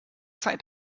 zeit